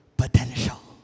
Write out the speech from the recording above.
potential